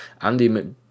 Andy